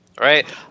Right